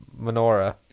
menorah